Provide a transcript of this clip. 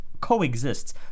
coexists